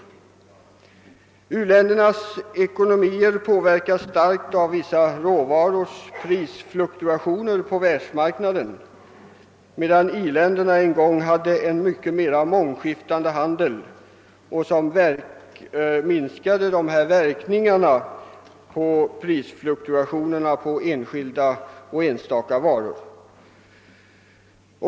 U-ländernas ekonomi påverkas starkt av vissa råvarors prisfluktuationer på världsmarknaden, medan i-länderna en gång hade en mycket mera mångskiftande handel som minskade verkningarna av prisfluktuationerna på enskilda och enstaka varor.